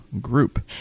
group